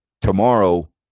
tomorrow